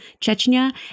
Chechnya